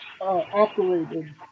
operated